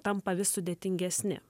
tampa vis sudėtingesni